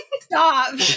Stop